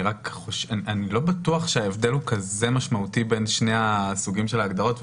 אני לא בטוח שההבדל הוא כזה משמעותי בין שני הסוגים של ההגדרות.